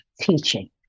teaching